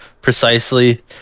precisely